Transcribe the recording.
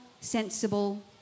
sensible